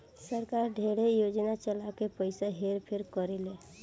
सरकार ढेरे योजना चला के पइसा हेर फेर करेले